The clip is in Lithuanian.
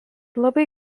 labai